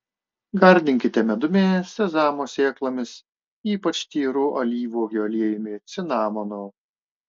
gardinkite medumi sezamo sėklomis ypač tyru alyvuogių aliejumi cinamonu